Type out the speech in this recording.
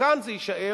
וכאן זה יישאר